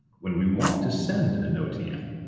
when we want to send an otn,